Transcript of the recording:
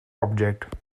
object